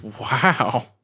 Wow